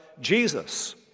Jesus